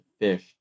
fish